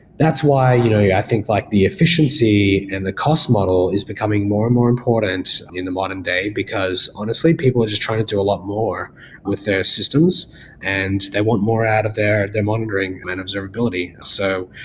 that's why i you know yeah think like the efficiency and the cost model is becoming more and more important in the modern day, because, honestly, people are just trying to do a lot more with their systems and they want more out of their their monitoring and observability. so,